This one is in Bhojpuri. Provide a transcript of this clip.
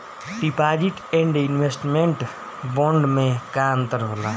डिपॉजिट एण्ड इन्वेस्टमेंट बोंड मे का अंतर होला?